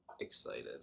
excited